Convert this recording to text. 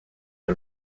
out